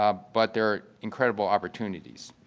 um but they're incredible opportunities.